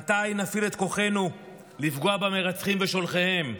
מתי נפעיל את כוחנו לפגוע במרצחים ושולחיהם?